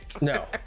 No